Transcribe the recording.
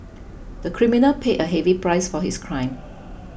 the criminal paid a heavy price for his crime